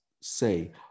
say